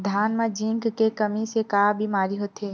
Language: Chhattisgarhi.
धान म जिंक के कमी से का बीमारी होथे?